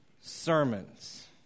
sermons